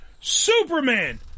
Superman